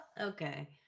Okay